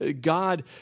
God